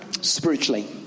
spiritually